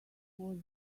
was